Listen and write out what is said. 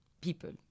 people